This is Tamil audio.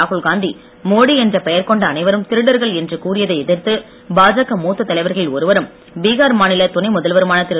ராகுல் காந்தி மோடி என்ற பெயர் கொண்ட அனைவரும் திருடர்கள் என்று கூறியதை எதிர்த்து பாஜக மூத்த தலைவர்களில் ஒருவரும் பீஹார் மாநில துணை முதல்வருமான திரு